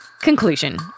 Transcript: Conclusion